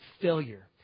failure